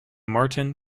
martin